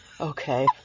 okay